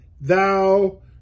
thou